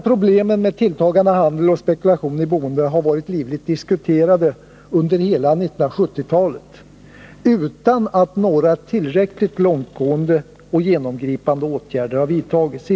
Problemen med en tilltagande handel och spekulation i boendet har varit livligt diskuterade under hela 1970-talet utan att några tillräckligt långtgående och genomgripande åtgärder vidtagits.